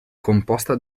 composta